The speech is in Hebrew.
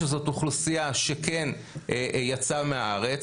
שזאת אוכלוסייה שכן יצאה מהארץ,